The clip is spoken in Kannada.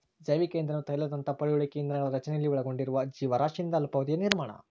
ಜೈವಿಕ ಇಂಧನವು ತೈಲದಂತಹ ಪಳೆಯುಳಿಕೆ ಇಂಧನಗಳ ರಚನೆಯಲ್ಲಿ ಒಳಗೊಂಡಿರುವ ಜೀವರಾಶಿಯಿಂದ ಅಲ್ಪಾವಧಿಯ ನಿರ್ಮಾಣ